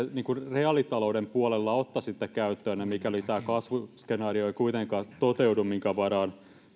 reaalitalouden puolella ottaisitte käyttöönne mikäli tämä kasvuskenaario ei kuitenkaan toteudu minkä varaan